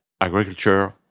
agriculture